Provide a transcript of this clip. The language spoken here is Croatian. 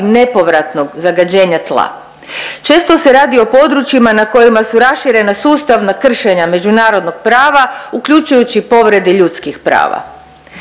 nepovratnog zagađenja tla. Često se radi o područjima na kojima su raširena sustavna kršenja međunarodnog prava uključujući i povrede ljudskih prava.